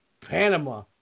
Panama